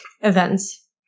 events